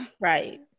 Right